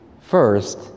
first